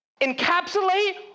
encapsulate